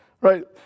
Right